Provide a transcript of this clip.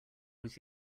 was